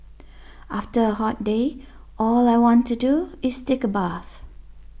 after a hot day all I want to do is take a bath